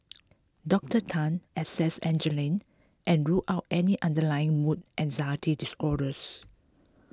Doctor Tan assessed Angeline and ruled out any underlying mood anxiety disorders